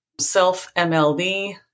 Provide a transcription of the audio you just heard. self-MLD